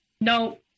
no